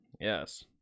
Yes